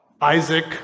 Isaac